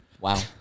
Wow